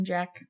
Jack